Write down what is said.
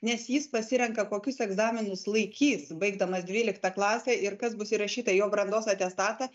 nes jis pasirenka kokius egzaminus laikys baigdamas dvyliktą klasę ir kas bus įrašyta į brandos atestatą